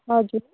हजुर